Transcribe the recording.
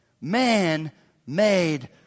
man-made